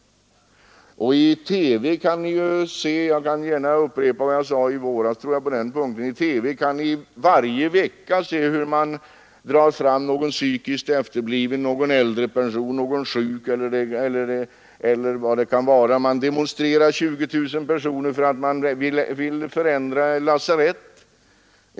I TV kan vi varje vecka se — jag kan gärna upprepa vad jag sade i våras på den punkten — hur man drar fram någon psykiskt efterbliven, någon äldre person, någon sjuk, hur 20 000 personer demonstrerar för att man skall förändra ett lasarett osv.